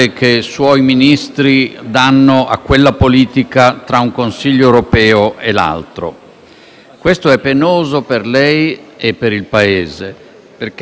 Questo è penoso per lei e per il Paese, perché è uno schema che ormai conosciamo bene, secondo il quale suoi Ministri